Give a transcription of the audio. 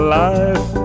life